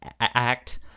act